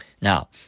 Now